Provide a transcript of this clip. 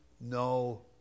no